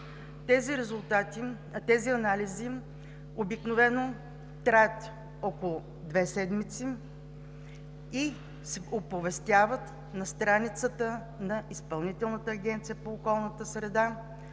и водите. Анализите обикновено траят около две седмици и се оповестяват на страницата на Изпълнителната агенция по околна среда